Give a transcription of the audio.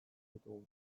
ditugu